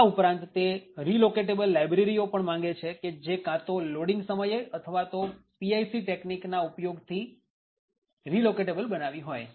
આ ઉપરાંત તે રીલોકેટેબલ લાયબ્રેરી ઓ માંગે છે કે જે કાં તો લોડીંગ સમયે અથવા તો PIC તકનીકના ઉપયોગથી રીલોકેટેબલ બનાવી હોય